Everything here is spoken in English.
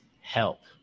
help